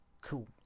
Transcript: Cool